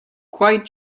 quite